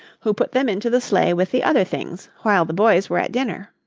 who put them into the sleigh with the other things while the boys were at dinner.